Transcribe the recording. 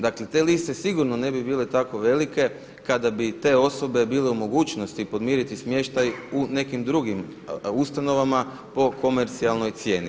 Dakle te liste sigurno ne bi bile tako velike kada bi te osobe bile u mogućnosti podmiriti smještaj u nekim drugim ustanovama po komercijalnoj cijeni.